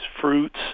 fruits